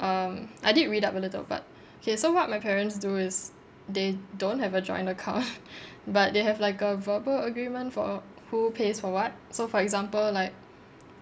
um I did read up a little but okay so what my parents do is they don't have a joint account but they have like a verbal agreement for who pays for what so for example like